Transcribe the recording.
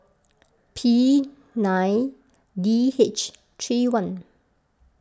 P nine D H three one